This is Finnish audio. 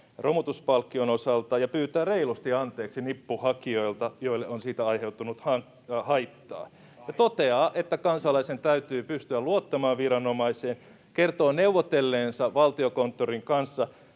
romutuspalkkion osalta ja pyytää reilusti anteeksi nippuhakijoilta, joille on siitä aiheutunut haittaa, ja toteaa, että kansalaisen täytyy pystyä luottamaan viranomaiseen, kertoo neuvotelleensa Valtiokonttorin kanssa,